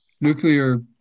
nuclear